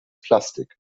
plastik